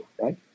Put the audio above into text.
right